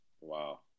Wow